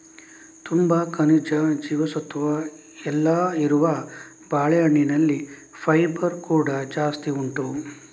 ತುಂಬಾ ಖನಿಜ, ಜೀವಸತ್ವ ಎಲ್ಲ ಇರುವ ಬಾಳೆಹಣ್ಣಿನಲ್ಲಿ ಫೈಬರ್ ಕೂಡಾ ಜಾಸ್ತಿ ಉಂಟು